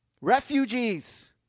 refugees